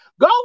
Go